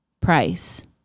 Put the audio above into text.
price